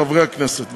חברי הכנסת,